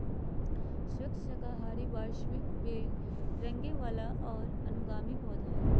squash साकाहारी वार्षिक बेल रेंगय वला और अनुगामी पौधा हइ